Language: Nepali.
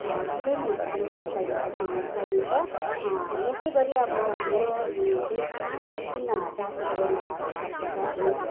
धेरै नै नृत्य शैलीहरू पाउँ पाइन्छ यसै गरी अब हाम्रो देशमा विभिन्न जातिहरूको मानिसहरू बस्दछ अनि